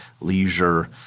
leisure